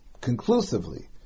conclusively